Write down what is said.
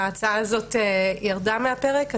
ההצעה הזאת ירדה מהפרק.